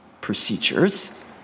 procedures